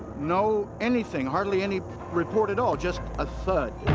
no anything, hardly any report at all, just a thud,